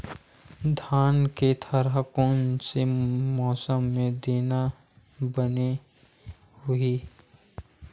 धान के थरहा कोन से मौसम म देना बने होही?